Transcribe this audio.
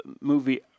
movie